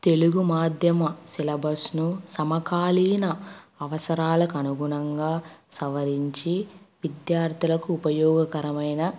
తెలుగు మాధ్యమిక సిలబస్ను సమకాలీన అవసరాలకు అనుగుణంగా సవరించి విద్యార్థులకు ఉపయోగకరమైన